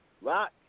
rock